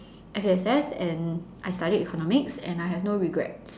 F_A_S_S and I studied economics and I have no regrets